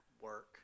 work